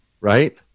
right